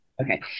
Okay